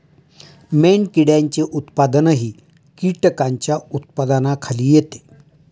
मेणकिड्यांचे उत्पादनही कीटकांच्या उत्पादनाखाली येते